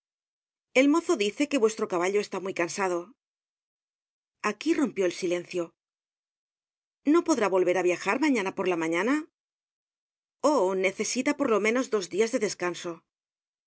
el mozo dice que vuestro caballo está muy cansado aquí rompió el silencio no podrá volver á viajar mañana por la mañana oh necesita por lo menos dos dias de descanso